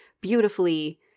beautifully